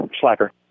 Slacker